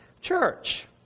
Church